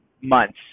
months